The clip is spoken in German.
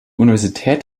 universität